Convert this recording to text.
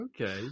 okay